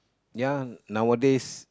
ya nowadays